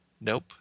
Nope